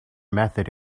method